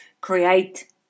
create